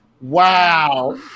Wow